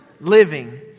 living